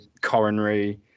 coronary